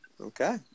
Okay